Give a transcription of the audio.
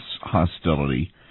hostility